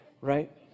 Right